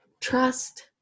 trust